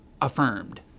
affirmed